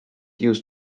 use